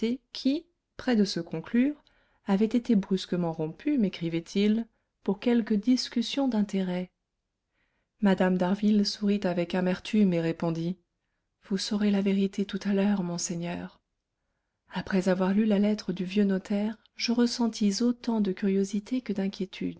qui près de se conclure avaient été brusquement rompus mécrivait il pour quelques discussions d'intérêt mme d'harville sourit avec amertume et répondit vous saurez la vérité tout à l'heure monseigneur après avoir lu la lettre du vieux notaire je ressentis autant de curiosité que d'inquiétude